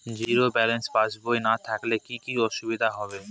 Zero balance পাসবই না থাকলে কি কী অসুবিধা হবে?